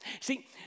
See